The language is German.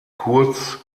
kurz